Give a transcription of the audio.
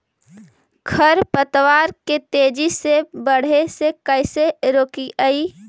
खर पतवार के तेजी से बढ़े से कैसे रोकिअइ?